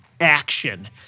action